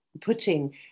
putting